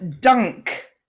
dunk